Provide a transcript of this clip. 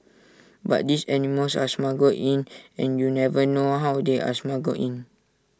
but these animals are smuggled in and you never know how they are smuggled in